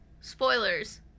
spoilers